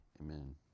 amen